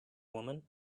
woman